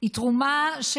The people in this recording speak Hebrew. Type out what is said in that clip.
היא תרומה של מודל,